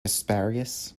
asparagus